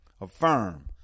Affirm